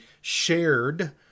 shared